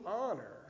honor